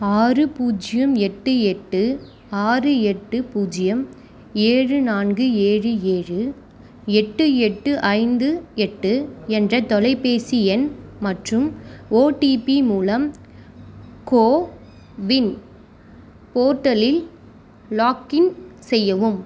ஆறு பூஜ்ஜியம் எட்டு எட்டு ஆறு எட்டு பூஜ்ஜியம் ஏழு நான்கு ஏழு ஏழு எட்டு எட்டு ஐந்து எட்டு என்ற தொலைபேசி எண் மற்றும் ஓடிபி மூலம் கோவின் போர்ட்டலில் லாக்இன் செய்யவும்